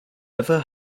ever